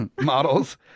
models